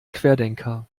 querdenker